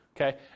Okay